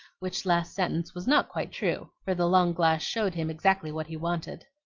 which last sentence was not quite true, for the long glass showed him exactly what he wanted.